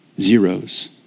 zeros